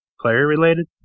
player-related